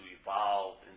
evolve